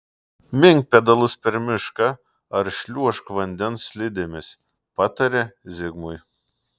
mink pedalus per mišką ar šliuožk vandens slidėmis patarė zigmui